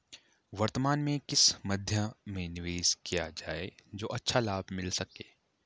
वर्तमान में किस मध्य में निवेश किया जाए जो अच्छा लाभ मिल सके?